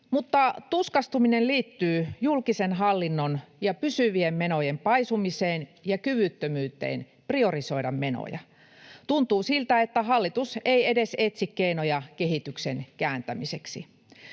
mutta tuskastuminen liittyy julkisen hallinnon ja pysyvien menojen paisumiseen ja kyvyttömyyteen priorisoida menoja. Tuntuu siltä, että hallitus ei edes etsi keinoja kehityksen kääntämiseksi.